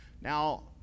Now